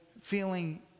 feeling